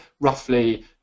roughly